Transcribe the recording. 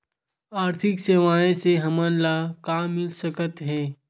आर्थिक सेवाएं से हमन ला का मिल सकत हे?